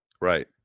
Right